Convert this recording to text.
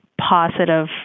positive